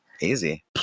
Easy